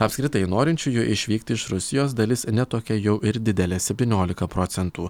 apskritai norinčiųjų išvykti iš rusijos dalis ne tokia jau ir didelė septyniolika procentų